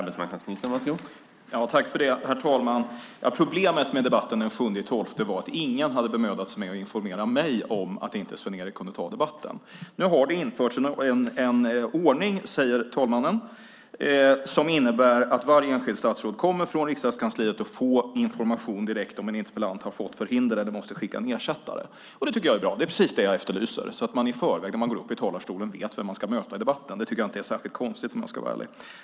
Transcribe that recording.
Herr talman! Problemet med debatten den 7 december var att ingen hade bemödat sig med att informera mig om att Sven-Erik Österberg inte kunde ta debatten. Nu har det införts en ordning, säger talmannen, som innebär att varje enskilt statsråd från kammarkansliet kommer att få information direkt om en interpellant har fått förhinder och måste skicka en ersättare. Det tycker jag är bra. Det är precis det som jag efterlyser, så att man innan man går upp i talarstolen vet vem man ska möta i debatten. Det tycker jag inte är särskilt konstigt, om jag ska vara ärlig.